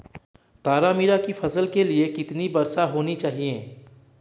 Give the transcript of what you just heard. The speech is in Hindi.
तारामीरा की फसल के लिए कितनी वर्षा होनी चाहिए?